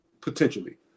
potentially